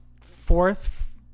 Fourth